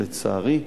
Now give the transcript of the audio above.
לצערי,